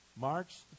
March